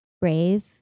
brave